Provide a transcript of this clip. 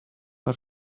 are